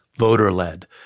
voter-led